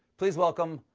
please welcome,